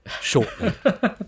shortly